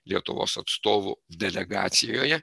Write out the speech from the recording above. lietuvos atstovų delegacijoje